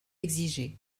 exigé